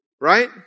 Right